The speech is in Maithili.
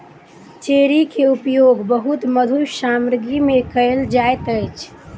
चेरी के उपयोग बहुत मधुर सामग्री में कयल जाइत अछि